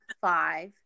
five